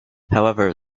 however